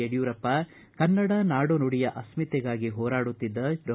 ಯಡಿಯೂರಪ್ಪ ಕನ್ನಡ ನಾಡು ನುಡಿಯ ಅಸ್ಥಿತೆಗಾಗಿ ಹೋರಾಡುತ್ತಿದ್ದ ಡಾ